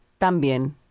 también